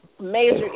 major